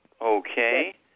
Okay